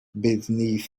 beneath